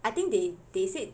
I think they they said